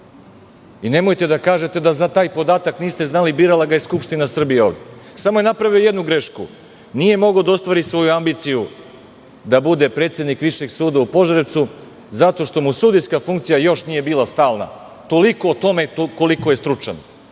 da kažete da za taj podatak niste znali, birala ga je Skupština Srbije ovde. Samo je napravio jednu grešku, nije mogao da ostvari svoju ambiciju da bude predsednik Višeg suda u Požarevcu, zato što mu sudijska funkcija još nije bila stalna. Toliko o tome koliko je stručan.